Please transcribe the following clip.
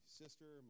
sister